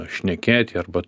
šnekėti arba